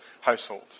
household